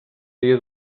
dia